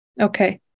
okay